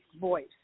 voice